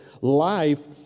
life